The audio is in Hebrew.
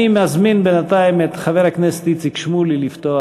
אני מזמין את חבר הכנסת איציק שמולי לפתוח.